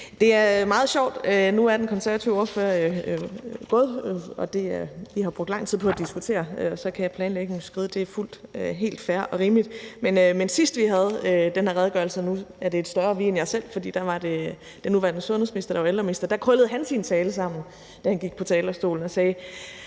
underlagt her, så det hele forløber planmæssigt. Vi har brugt lang tid på at diskutere, og så kan planlægningen jo skride; det er helt fair og rimeligt. Men sidst, vi havde den her redegørelse, og nu er det et større vi end jeg selv, for der var det den nuværende sundhedsminister, der var ældreminister, krøllede han sin tale sammen, da han gik på talerstolen, og sagde,